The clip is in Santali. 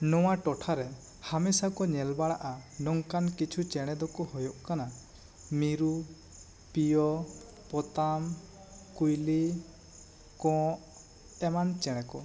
ᱱᱚᱣᱟ ᱴᱚᱴᱷᱟ ᱨᱮ ᱦᱟᱢᱮᱥᱟ ᱠᱚ ᱧᱮᱞ ᱵᱟᱲᱟᱜᱼᱟ ᱱᱚᱝᱠᱟᱱ ᱠᱤᱪᱷᱩ ᱪᱮᱬᱮ ᱫᱚᱠᱚ ᱦᱩᱭᱩᱜ ᱠᱟᱱᱟ ᱢᱤᱨᱩ ᱯᱤᱭᱚ ᱯᱚᱛᱟᱢ ᱠᱩᱭᱞᱤ ᱠᱚᱸᱜ ᱮᱢᱟᱱ ᱪᱮᱬᱮ ᱠᱚ